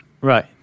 Right